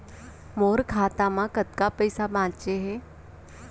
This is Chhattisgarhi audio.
मोर खाता मा कतका पइसा बांचे हे?